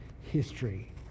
history